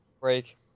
break